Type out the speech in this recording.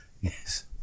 Yes